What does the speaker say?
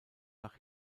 nach